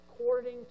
according